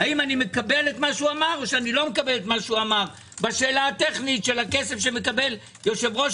האם אני מקבל מה שאמר או לא מקבל בשאלה הטכנית של הכסף שמקבל יושב-ראש